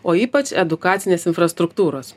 o ypač edukacinės infrastruktūros